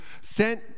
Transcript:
sent